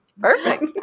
Perfect